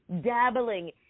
dabbling